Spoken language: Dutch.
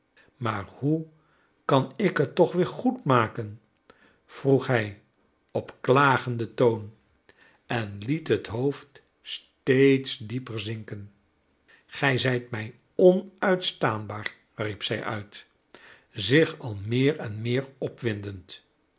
maar hoe kan ik het toch weer goed maken vroeg hij op klagenden toon en liet het hoofd steeds dieper zinken gij zijt mij onuitstaanbaar riep zij uit zich al meer en meer opwindend